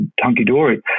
hunky-dory